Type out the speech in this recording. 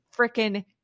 freaking